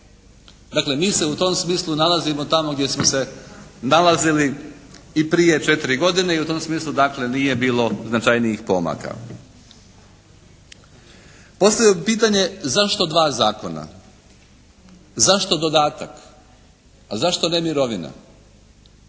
Dakle mi se u tom smislu nalazimo tamo gdje smo se nalazili i prije četiri godine i u tom smislu dakle nije bilo značajnijih pomaka. Postavio bih pitanje zašto dva zakona? Zašto dodatak, a zašto ne mirovina?